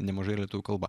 nemažai lietuvių kalba